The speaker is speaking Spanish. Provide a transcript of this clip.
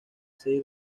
seis